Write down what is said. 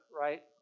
right